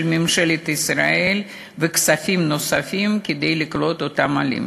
ממשלת ישראל וכספים נוספים כדי לקלוט את אותם עולים.